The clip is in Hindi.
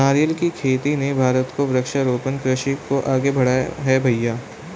नारियल की खेती ने भारत को वृक्षारोपण कृषि को आगे बढ़ाया है भईया